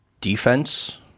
Defense